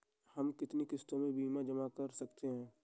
हम कितनी किश्तों में बीमा जमा कर सकते हैं?